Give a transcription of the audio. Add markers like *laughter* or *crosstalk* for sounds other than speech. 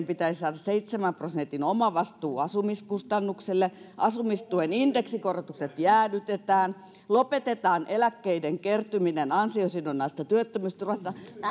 *unintelligible* pitäisi saada seitsemän prosentin omavastuu asumiskustannuksille asumistuen indeksikorotukset jäädytetään lopetetaan eläkkeiden kertyminen ansiosidonnaisesta työttömyysturvasta